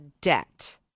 debt